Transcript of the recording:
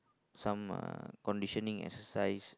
some are conditioning exercise